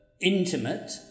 Intimate